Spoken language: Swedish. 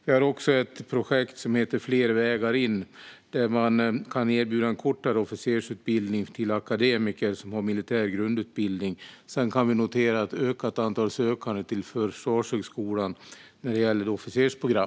Vi har också ett projekt som heter Fler vägar in, där man kan erbjuda en kortare officersutbildning till akademiker som har militär grundutbildning. Sedan kan vi notera ett ökat antal sökande till Försvarshögskolans officersprogram.